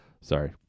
Sorry